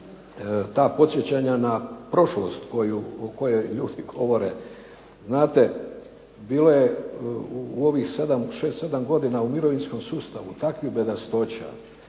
ta podsjećanja na prošlost koja ljudi govore znate bilo je u ovih 6, 7 godina u mirovinskom sustavu takvih bedastoća,